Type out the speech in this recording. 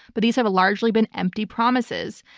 but these have largely been empty promises.